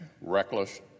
reckless